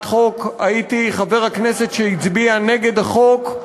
חוק הייתי חבר הכנסת שהצביע נגד החוק,